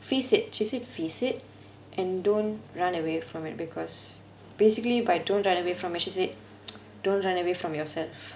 face it she said face it and don't run away from it because basically by don't run away she said don't run away from yourself